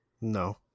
No